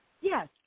Yes